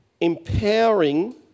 empowering